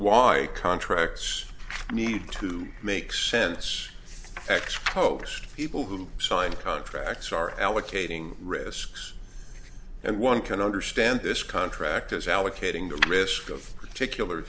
why contracts need to make sense x hoaxed people who sign contracts are allocating risks and one can understand this contract as allocating the risk of particular